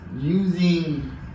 using